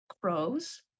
crows